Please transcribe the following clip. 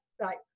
right